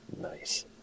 Nice